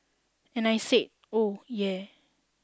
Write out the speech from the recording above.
and I said oh yeah